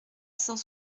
cent